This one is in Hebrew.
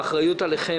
האחריות המוטלת עליכם,